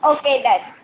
okay done